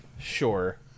Sure